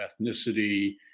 ethnicity